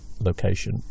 location